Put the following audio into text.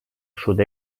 sud